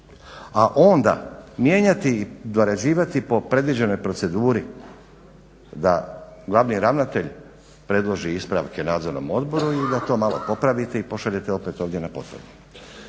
a onda mijenjati i dorađivati po predviđenoj proceduri da glavni ravnatelj predloži ispravke nadzornom odboru i da to malo popravite i pošaljete opet ovdje na …